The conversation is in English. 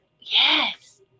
yes